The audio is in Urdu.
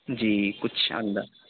جی کچھ اندا